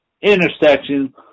intersection